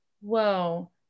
Whoa